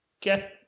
get